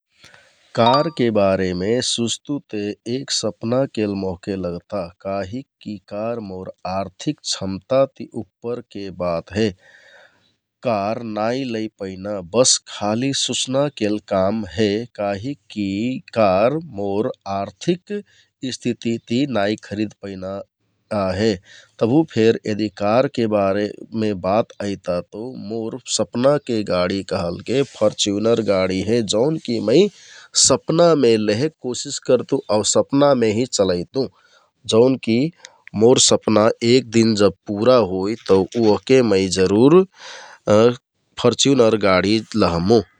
कारके बारेमे सुँचते एक सपना केल मोहके लगता काहिक की कार मोर आर्थिक क्षमता ति उप्पर के बात हे । कार नाइ लै पैना बस खाली सुँचना केल काम हे काहिक की कार मोर आर्थिक स्थिती ति नाइ खरिद पैना आहे तभुफेर यदि कारके बारेमे बात ऐता तो मोर सपनाके गाडी कहलके फर्चयुनर गाडी हे । जौन की मै सपनामें लेहेक कोशिस करतु आउ सपना में हि चलैतु । जौन की मोर सपना एक दिन जब पुरा होइ तौ ऊ वहके मै जरुर फर्चयुनर गाडी लहमु ।